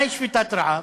מהי שביתת רעב?